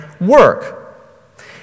work